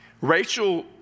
Rachel